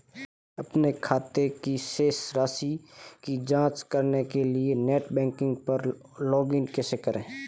अपने खाते की शेष राशि की जांच करने के लिए नेट बैंकिंग पर लॉगइन कैसे करें?